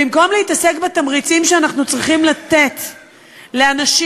במקום להתעסק בתמריצים שאנחנו צריכים לתת לאנשים,